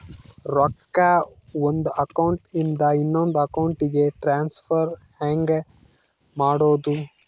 ರೊಕ್ಕ ಒಂದು ಅಕೌಂಟ್ ಇಂದ ಇನ್ನೊಂದು ಅಕೌಂಟಿಗೆ ಟ್ರಾನ್ಸ್ಫರ್ ಹೆಂಗ್ ಮಾಡೋದು?